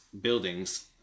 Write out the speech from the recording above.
buildings